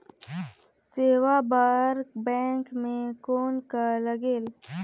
सेवा बर बैंक मे कौन का लगेल?